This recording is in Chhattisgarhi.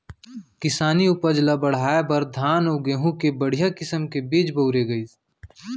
किसानी उपज ल बढ़ाए बर धान अउ गहूँ के बड़िहा किसम के बीज बउरे गइस